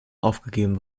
aufgegeben